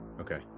Okay